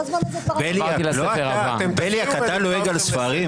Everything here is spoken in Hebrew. בליאק, אתה לועג לספרים?